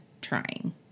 trying